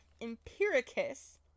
Empiricus